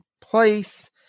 place